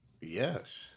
Yes